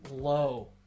Low